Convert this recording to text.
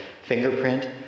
fingerprint